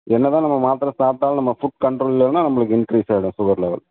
என்ன தான் நம்ம மாத்திரை சாப்பிட்டாலும் நம்ம ஃபுட் கண்ட்ரோல் இல்லைன்னா நம்பளுக்கு இன்கிரீஸ் ஆயிடும் சுகர் லெவல்